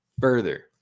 further